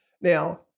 Now